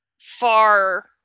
far